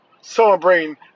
celebrating